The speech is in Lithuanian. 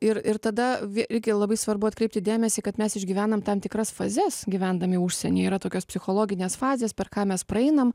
ir ir tada vė irgi labai svarbu atkreipti dėmesį kad mes išgyvenam tam tikras fazes gyvendami užsieny yra tokios psichologinės fazės per ką mes praeinam